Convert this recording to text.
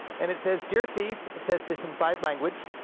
and it says, dear thief it says this in five languages,